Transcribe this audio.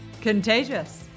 contagious